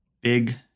Big